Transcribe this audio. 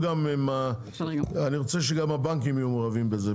אני רוצה שגם הבנקים יהיו מעורבים בזה,